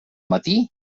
matí